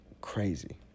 Crazy